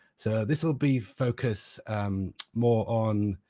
so this will be focused more on